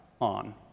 on